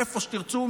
מאיפה שתרצו,